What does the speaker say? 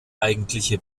eigentliche